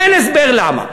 אין הסבר למה.